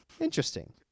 interesting